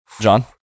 John